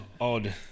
odd